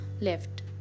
left